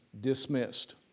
Dismissed